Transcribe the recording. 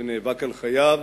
שנאבק על חייו